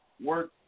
work